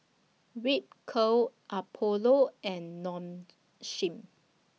Ripcurl Apollo and Nong Shim